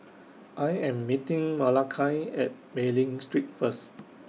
I Am meeting Malakai At Mei Ling Street First